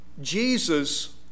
Jesus